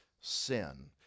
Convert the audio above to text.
Sin